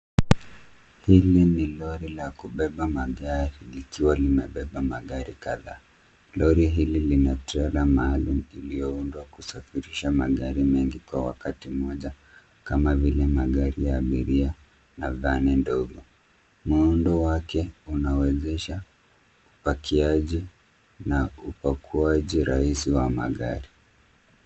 Hili ni lori la kubeba magari likiwa limebeba magari kadhaa. Lori hili lina trela maalum iliyounda kusafirisha magari mengi kwa wakati mmoja kama vile magari ya abiria na van ndogo. Muundo wake unawezesha upakiaji na upakuaji rahisi wa magari.